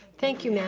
thank you, max.